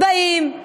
באים,